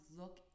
look